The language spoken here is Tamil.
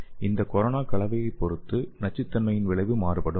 அந்த கொரோனா கலவையைப் பொறுத்து நச்சுத்தன்மையின் விளைவு மாறுபடும்